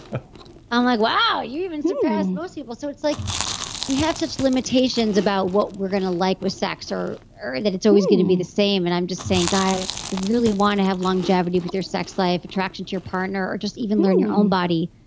ah i'm like, wow, you even surpassed most people. so like we have such limitations about what we're going to like with sex, or or that it's always going to be the same. and i'm just saying god, if you really want to have longevity with your sex life, attraction to your partner, or just even learn your own body,